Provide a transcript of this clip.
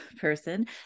person